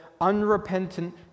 unrepentant